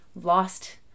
lost